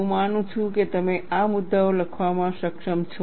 હું માનું છું કે તમે આ મુદ્દાઓ લખવામાં સક્ષમ છો